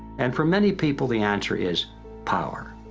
and for many people the answer is power.